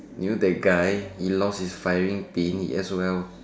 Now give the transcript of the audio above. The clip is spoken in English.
you know that guy he lost his firing pin he S_O_L